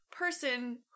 Person